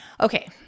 Okay